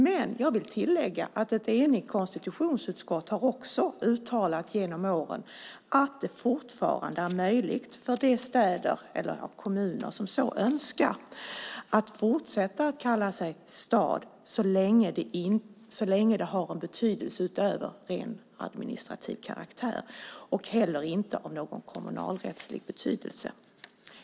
Men jag vill tillägga att ett enigt konstitutionsutskott också har uttalat genom åren att det fortfarande är möjligt för de städer eller kommuner som så önskar att fortsätta att kalla sig stad så länge det har en betydelse utöver ren administrativ karaktär och heller inte har någon kommunalrättslig betydelse.